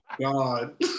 God